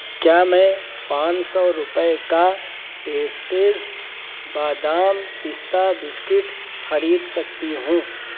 کیا میں پانچ سو روپے کا ٹیسٹیز بادام پستہ بسکٹ خرید سکتی ہوں